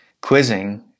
quizzing